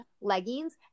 leggings